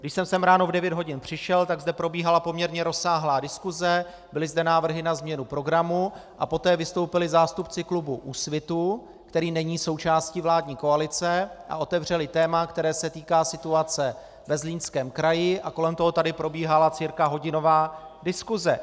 Když jsem sem ráno v devět hodin přišel, tak zde probíhala poměrně rozsáhlá diskuse, byly zde návrhy na změnu programu a poté vystoupili zástupci klubu Úsvit, který není součástí vládní koalice, a otevřeli téma, které se týká situace ve Zlínském kraji, a kolem toho tady probíhala cca hodinová diskuse.